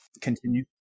Continue